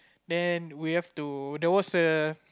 then we have to there was a